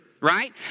right